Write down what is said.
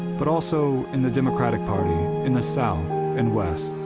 but also in the democratic party in the south and west.